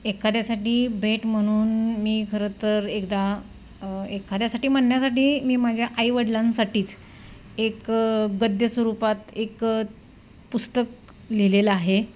एखाद्यासाठी भेट म्हणून मी खरं तर एकदा एखाद्यासाठी म्हणण्यासाठी मी माझ्या आईवडिलांसाठीच एक गद्यस्वरूपात एक पुस्तक लिहिलेलं आहे